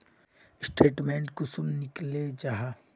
Statement कुंसम निकले जाहा?